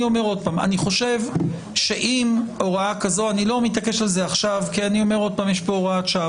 אני לא מתעקש על זה עכשיו, כי יש פה הוראת שעה.